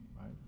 right